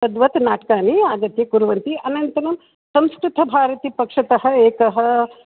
तद्वत् नाटकानि आगत्य कुर्वन्ति अनन्तरं संस्कृतभारतीपक्षतः एकः